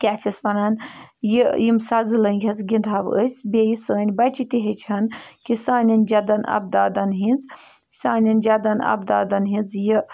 کیٛاہ چھِس وَنان یہِ یِم سَزٕ لٔنٛگۍ حظ گِنٛدٕہَو أسۍ بیٚیہِ یہِ سٲنۍ بَچہِ تہِ ہیٚچھٕ ہَن کہِ سانٮ۪ن جَدن اَبدادَن ہِنٛز سانٮ۪ن جدَن اَبدادَن ہِنٛز یہِ